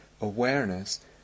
awareness